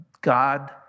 God